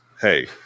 Hey